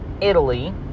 Italy